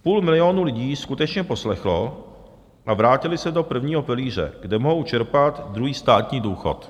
Půl milionu lidí skutečně poslechlo a vrátilo se do prvního pilíře, kde mohou čerpat druhý státní důchod.